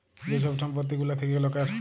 যে ছব সম্পত্তি গুলা থ্যাকে লকের